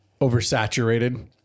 oversaturated